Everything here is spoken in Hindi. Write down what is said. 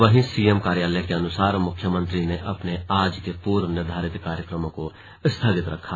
वहीं सीएम कार्यालय के अनुसार मुख्यमंत्री ने अपने आज के पूर्व निर्धारित कार्यक्रमों को स्थगित रखा